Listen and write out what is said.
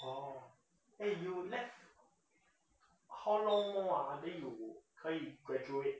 哦 eh you left how long more ah then you 可以 graduate